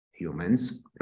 humans